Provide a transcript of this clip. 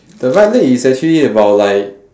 the right leg is actually about like